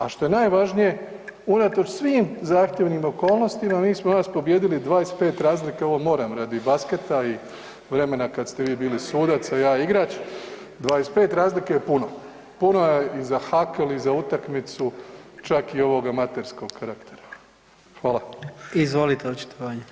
A što je najvažnije unatoč svim zahtjevnim okolnostima mi smo vas pobijedili 25 razlike, ovo moram radi basketa i vremena kad ste vi bili sudac, a ja igrač, 25 razlike je puno, puno je i za hakl i za utakmicu čak i ovog amaterskog karaktera.